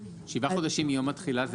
שבעה חודשים מיום התחילה?